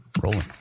Rolling